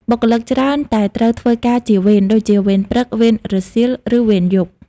បុគ្គលិកច្រើនតែត្រូវធ្វើការជាវេន ដូចជាវេនព្រឹក វេនរសៀល ឬវេនយប់។